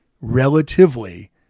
relatively